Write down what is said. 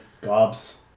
Gobs